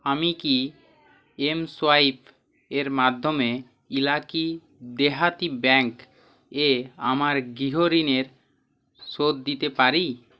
আমি কি এমসোয়াইপ এর মাধ্যমে ইলাকি দেহাতি ব্যাঙ্ক এ আমার গৃহঋণের শোধ দিতে পারি